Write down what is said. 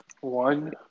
One